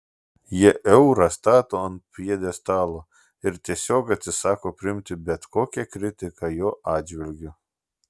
jie eurą stato ant pjedestalo ir tiesiog atsisako priimti bet kokią kritiką jo atžvilgiu